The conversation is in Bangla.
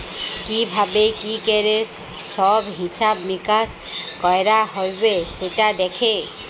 কি ভাবে কি ক্যরে সব হিছাব মিকাশ কয়রা হ্যবে সেটা দ্যাখে